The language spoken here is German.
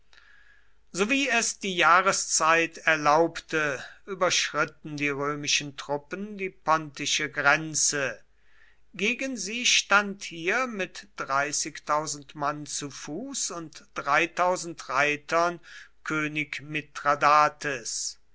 sowie es die jahreszeit erlaubte überschritten die römischen truppen die pontische grenze gegen sie stand hier mit mann zu fuß und reitern könig